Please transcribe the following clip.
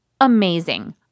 amazing